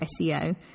SEO